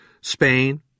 Spain